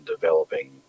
developing